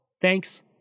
Thanks